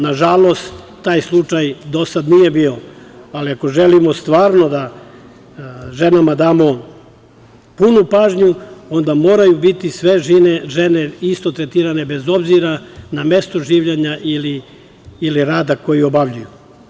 Nažalost, taj slučaj do sad nije bio, ali ako želimo stvarno da ženama damo punu pažnju, onda moraju biti sve žene isto tretirane, bez obzira na mesto življenja ili rada koji obavljaju.